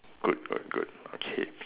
good good good okay